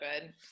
good